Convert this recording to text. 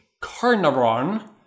Carnarvon